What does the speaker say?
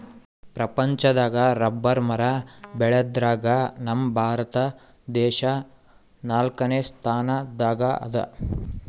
ಪ್ರಪಂಚದಾಗ್ ರಬ್ಬರ್ ಮರ ಬೆಳ್ಯಾದ್ರಗ್ ನಮ್ ಭಾರತ ದೇಶ್ ನಾಲ್ಕನೇ ಸ್ಥಾನ್ ದಾಗ್ ಅದಾ